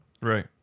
Right